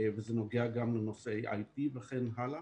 וזה נוגע גם לנושאי IT וכן הלאה.